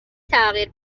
تغییر